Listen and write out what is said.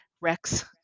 Rex